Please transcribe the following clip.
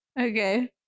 okay